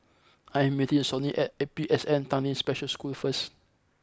I am meeting Sonny at A P S N Tanglin Special School first